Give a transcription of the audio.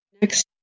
Next